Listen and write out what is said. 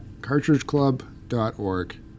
cartridgeclub.org